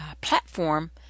platform